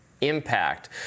impact